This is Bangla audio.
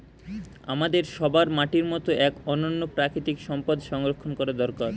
আমাদের সবার মাটির মতো এক অনন্য প্রাকৃতিক সম্পদ সংরক্ষণ করা দরকার